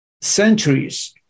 centuries